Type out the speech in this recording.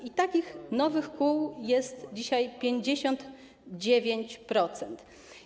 I takich nowych kół jest dzisiaj 59%.